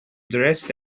dressed